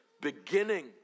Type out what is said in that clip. beginning